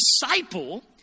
disciple